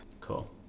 Cool